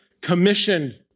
commissioned